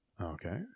Okay